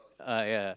uh yeah